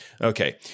Okay